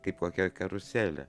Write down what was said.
kaip kokia karuselė